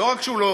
לא רק שהוא לא